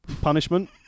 punishment